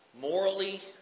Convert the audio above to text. morally